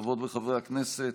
חברות וחברי הכנסת,